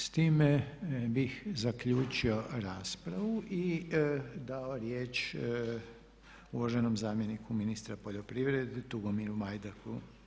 S time bih zaključio raspravu i dao riječ uvaženom zamjeniku ministra poljoprivrede Tugomiru Majdak.